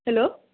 hello